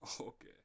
Okay